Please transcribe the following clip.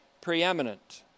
preeminent